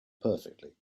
perfectly